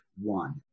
one